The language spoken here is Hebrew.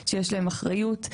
שיש להם אחריות.